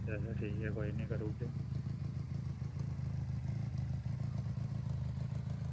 चलो ठीक ऐ कोई निं करी ओड़गे